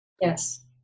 Yes